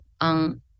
on